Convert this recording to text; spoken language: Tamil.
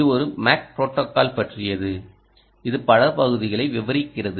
இது ஒரு Mac ப்ரோடோகால் பற்றியது இது பல பகுதிகளை விவரிக்கிறது